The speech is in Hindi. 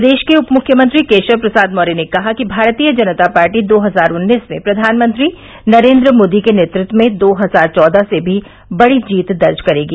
प्रदेश के उप मुख्यमंत्री केशव प्रसाद मौर्य ने कहा कि भारतीय जनता पार्टी दो हजार उन्नीस में प्रधानमंत्री नरेंद्र मोदी के नेतृत्व में दो हजार चौदह से भी बड़ी जीत दर्ज करेंगी